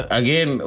again